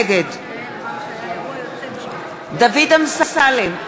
נגד דוד אמסלם,